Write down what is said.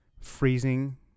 freezing